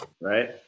Right